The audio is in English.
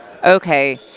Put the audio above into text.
Okay